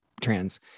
trans